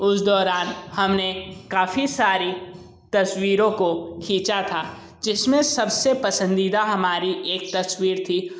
उस दौरान हम ने काफ़ी सारी तस्वीरों को खींचा था जिस में सबसे पसंदीदा हमारी एक तस्वीर थी